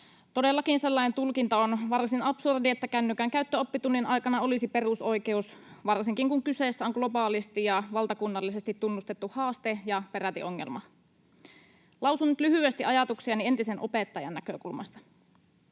Todellakin sellainen tulkinta on varsin absurdi, että kännykän käyttö oppitunnin aikana olisi perusoikeus, varsinkin kun kyseessä on globaalisti ja valtakunnallisesti tunnustettu haaste ja peräti ongelma. Lausun nyt lyhyesti ajatuksiani entisen opettajan näkökulmasta.